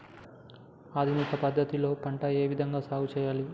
ఆధునిక పద్ధతి లో పంట ఏ విధంగా సాగు చేయాలి?